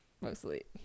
mostly